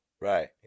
Right